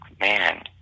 Man